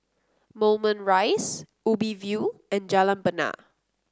Moulmein Rise Ubi View and Jalan Bena